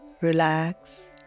relax